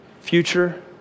future